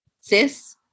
sis